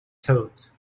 toads